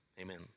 Amen